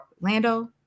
Lando